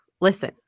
listen